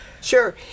Sure